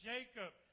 Jacob